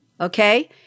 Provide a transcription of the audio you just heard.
Okay